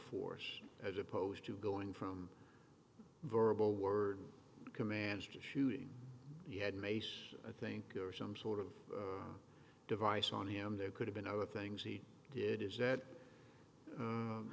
force as opposed to going from verbal word commands to shooting you had mace i think some sort of device on him there could have been other things he did is that